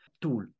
tool